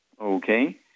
Okay